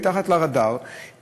מתחת לרדאר,